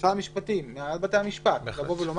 משר המשפטים, ממנהל בתי-המשפט ולהגיד: